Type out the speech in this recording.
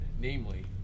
namely